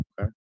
okay